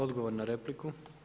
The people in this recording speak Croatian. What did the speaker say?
Odgovor na repliku.